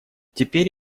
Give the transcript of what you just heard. теперь